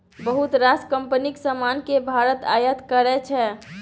बहुत रास कंपनीक समान केँ भारत आयात करै छै